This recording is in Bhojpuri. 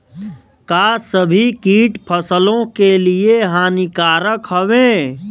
का सभी कीट फसलों के लिए हानिकारक हवें?